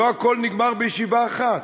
לא הכול נגמר בישיבה אחת,